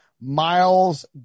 Miles